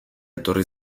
etorri